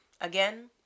Again